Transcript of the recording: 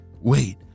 Wait